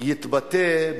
תהיה בכל